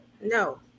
No